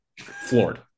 floored